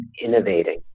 innovating